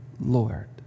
Lord